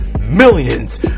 Millions